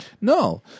No